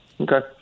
Okay